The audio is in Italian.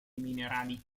minerali